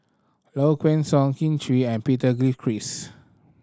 Low Kway Song Kin Chui and Peter Gilchrist